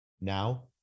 Now